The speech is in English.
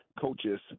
coaches